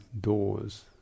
doors